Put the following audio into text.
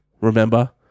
remember